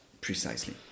Precisely